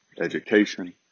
education